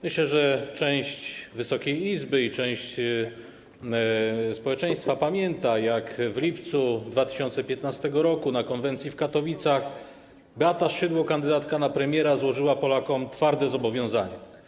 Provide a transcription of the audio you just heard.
Myślę, że część Wysokiej Izby i część społeczeństwa pamięta, jak w lipcu 2015 r. na konwencji w Katowicach Beata Szydło, kandydatka na premiera, złożyła Polakom twarde zobowiązanie.